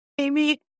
Amy